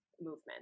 movement